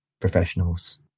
professionals